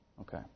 Okay